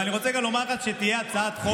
ואני רוצה גם לומר לך שתהיה הצעת חוק,